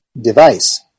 device